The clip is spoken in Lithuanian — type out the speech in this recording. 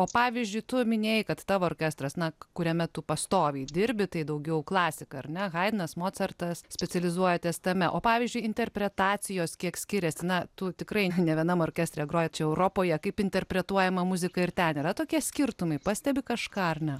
o pavyzdžiui tu minėjai kad tavo orkestras na kuriame tu pastoviai dirbi tai daugiau klasika ar ne haidnas mocartas specializuojatės tame o pavyzdžiui interpretacijos kiek skiriasi na tu tikrai ne vienam orkestre grojai čia europoje kaip interpretuojama muzika ir ten yra tokie skirtumai pastebi kažką ar ne